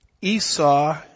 Esau